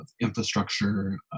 infrastructure